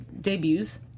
debuts